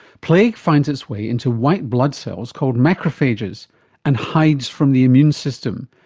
plague finds its way into white blood cells called macrophages and hides from the immune system,